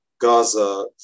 Gaza